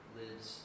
lives